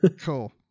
Cool